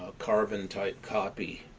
ah carbon-type copy,